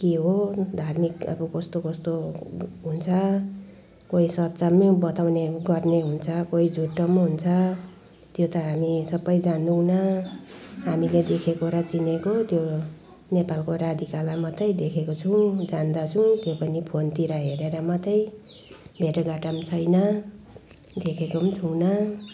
के हो धार्मिक अब कस्तो कस्तो हुन्छ कोही सच्चाइ बताउने गर्ने हुन्छ कोही झुटो हुन्छ त्यो त हामी सबै जान्दैनौँ हामीले देखेको र चिनेको त्यो नेपालको राधिकालाई मात्रै देखेको छु जान्दछु त्यही पनि फोनतिर हेरेर मात्रै भेट घाट छैन देखेको नि छुइनँ